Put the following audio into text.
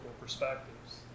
perspectives